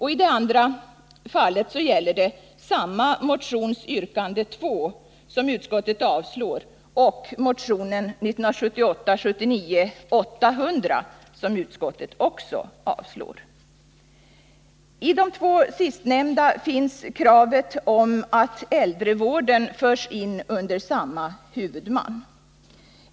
I det andra fallet gäller det samma motion, yrkande 2, som utskottet avstyrkt samt motion 1978/79:800 som utskottet också har avstyrkt. I de två sistnämnda sammanhangen finns kravet på att äldrevården förs in under samma huvudman.